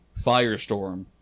firestorm